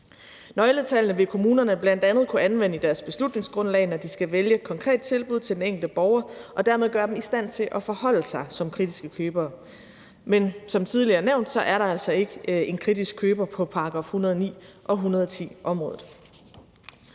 Nøgletallene vil kommunerne bl.a. kunne anvende i deres beslutningsgrundlag, når de skal vælge et konkret tilbud til den enkelte borger, og det vil dermed gøre dem i stand til at forholde sig som kritiske købere. Men som tidligere nævnt er der altså ikke en kritisk køber på § 109- og § 110-området.